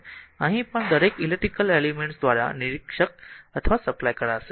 તેથી અહીં પણ દરેક ઇલેક્ટ્રિકલ એલીમેન્ટ્સ દ્વારા નિરીક્ષક અથવા સપ્લાય કરશે